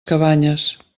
cabanyes